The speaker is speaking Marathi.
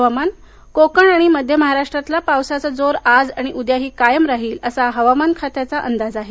हवामान् कोकण आणि मध्य महाराष्ट्रातला पावसाचा जोर आज आणि उद्याही कायम राहील असा हवामान खात्याचा अंदाज आहे